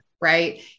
right